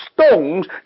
stones